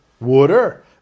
water